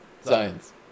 Science